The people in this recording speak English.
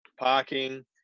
parking